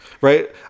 Right